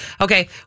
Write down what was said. Okay